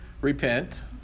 Repent